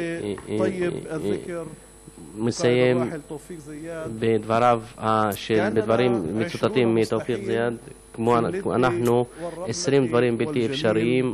אני מסיים בדברים שמצוטטים מתאופיק זיאד: עשרים בלתי אפשריים,